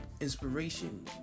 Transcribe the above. Inspiration